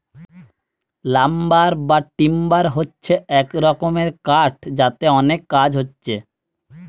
lumber বা timber হচ্ছে এক রকমের কাঠ যাতে অনেক কাজ হচ্ছে